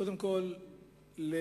קודם כול לתופעה,